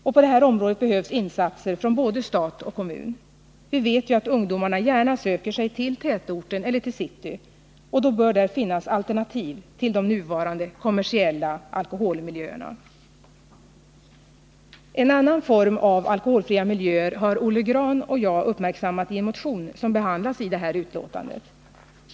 Och på det området behövs insatser från både stat och kommun. Vi vet ju att ungdomarna gärna söker sig till tätorten eller till city, och då bör där finnas alternativ till de nuvarande kommersiella alkoholmiljöerna. En annan form av alkoholfria miljöer har Olle Grahn och jag uppmärksammat i en motion, som behandlas i det här betänkandet.